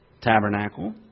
tabernacle